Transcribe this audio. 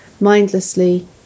mindlessly